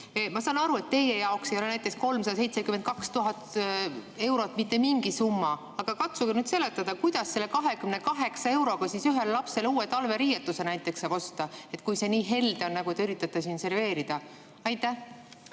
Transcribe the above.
Ma saan aru, et teie jaoks ei ole näiteks 372 000 eurot mitte mingi summa, aga katsuge nüüd seletada, kuidas selle 28 euroga saab ühele lapsele näiteks uue talveriietuse osta, kui see [toetus] nii helde on, nagu te üritate siin serveerida. Ma